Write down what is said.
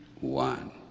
one